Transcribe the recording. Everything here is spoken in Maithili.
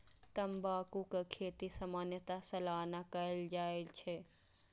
तंबाकू के खेती सामान्यतः सालाना कैल जाइ छै